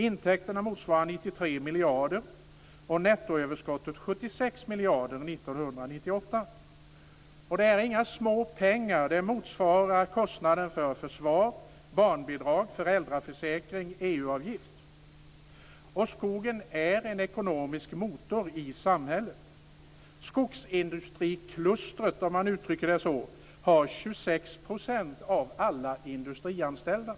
Intäkterna motsvarar 93 miljarder kronor, och nettoöverskottet var 76 miljarder kronor 1998. Det här är inga små pengar. Det motsvarar kostnaden för försvar, barnbidrag, föräldraförsäkring och EU-avgift. Skogen är en ekonomisk motor i samhället. I skogsindustriklustret, om man uttrycker det så, finns 26 % av alla industrianställda.